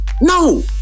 No